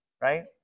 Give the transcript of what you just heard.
Right